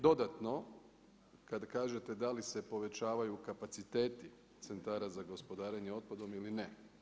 Dodatno kad kažete da li se povećavaju kapaciteti Centara za gospodarenje otpadom ili ne.